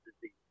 disease